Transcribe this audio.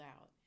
out